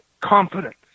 confidence